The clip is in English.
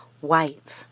White